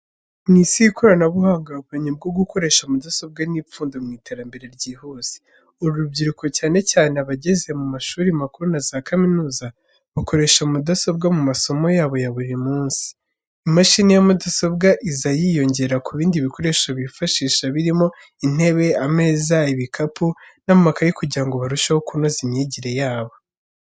Mu isi y'ikoranabuhanga, ubumenyi mu gukoresha mudasobwa ni ipfundo mu iterambere ryihuse. Urubyiruko, cyane cyane abageze mu mashuri makuru na za kaminuza, bakoresha mudasobwa mu masomo yabo ya buri munsi. Imashini ya mudasobwa iza yiyongera ku bindi bikoresho bifashisha birimo intebe, ameza, ibikapu n'amakayi kugira ngo barusheho kunoza imyigire yabo.